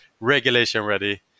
regulation-ready